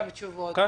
כן.